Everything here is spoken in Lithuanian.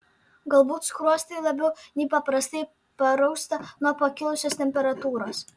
galbūt skruostai labiau nei paprastai parausta nuo pakilusios temperatūros